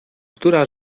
która